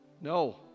no